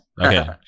okay